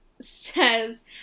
says